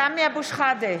סמי אבו שחאדה,